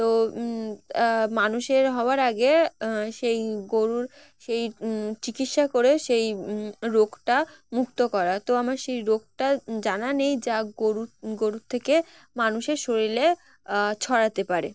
তো মানুষের হওয়ার আগে সেই গরুর সেই চিকিৎসা করে সেই রোগটা মুক্ত করা তো আমার সেই রোগটা জানা নেই যা গরুর গরুর থেকে মানুষের শরীরে ছড়াতে পারে